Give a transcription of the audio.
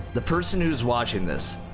the person who's watching this.